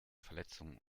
verletzung